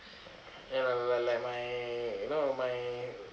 and uh like my you know my